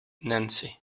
nancy